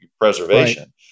preservation